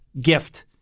gift